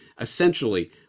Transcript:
essentially